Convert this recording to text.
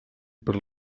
per